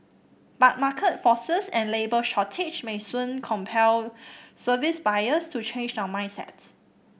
but market forces and labour shortage may soon compel service buyers to change their mindsets